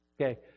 Okay